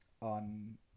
on